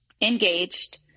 engaged